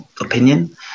opinion